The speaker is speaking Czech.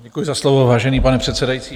Děkuji za slovo, vážený pane předsedající.